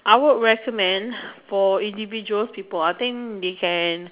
I would recommend for individual people I think they can